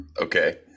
Okay